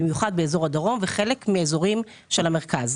במיוחד באזור הדרום ובחלק מאזורי המרכז.